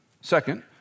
Second